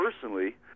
personally